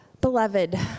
Beloved